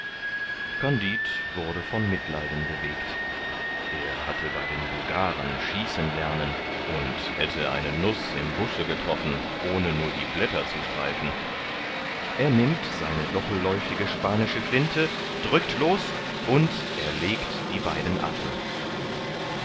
kandid wurde von mitleiden bewegt er hatte bei den bulgaren schießen lernen und hätte eine nuß im busche getroffen ohne nur die blätter zu streifen er nimmt seine doppelläufige spanische flinte drückt los und erlegt die beiden affen